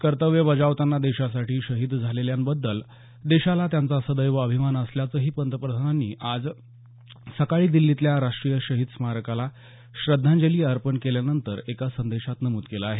कर्तव्य बजावतांना देशासाठी शहीद झालेल्यांबद्दल देशाला त्यांचा सदैव अभिमान असल्याचं पंतप्रधानांनी आज सकाळी दिछीतल्या राष्ट्रीय शहीद स्मारकाला श्रद्धांजली अर्पण केल्यानंतर एका संदेशात नमुद केलं आहे